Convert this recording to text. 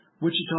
Wichita